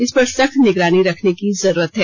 इस पर सख्त निगरानी रखने की जरूरत है